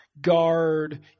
guard